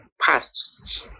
past